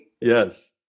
Yes